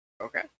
okay